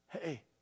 Hey